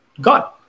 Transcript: God